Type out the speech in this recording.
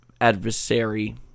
adversary